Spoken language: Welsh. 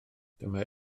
dyma